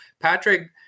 Patrick